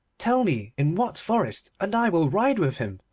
tell me in what forest, and i will ride with him,